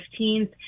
15th